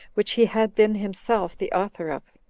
which he had been himself the author of.